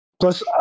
Plus